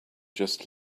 just